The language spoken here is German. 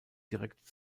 direkt